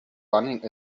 running